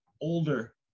older